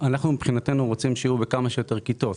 מבחינתנו אנחנו רוצים שיהיו בכמה שיותר כיתות.